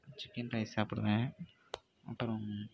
chicken rice சாப்பிடுவேன் அப்புறம்